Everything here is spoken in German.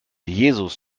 jesus